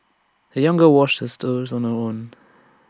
the young girl washed sisters on her own